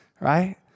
right